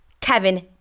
Kevin